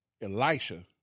Elisha